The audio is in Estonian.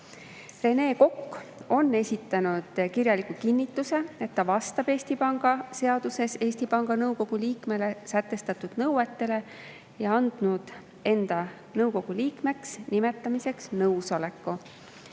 Kokk on esitanud kirjaliku kinnituse, et ta vastab Eesti Panga seaduses Eesti Panga Nõukogu liikmele sätestatud nõuetele, ja on andnud enda nõukogu liikmeks nimetamiseks nõusoleku.